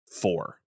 four